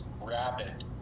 Rapid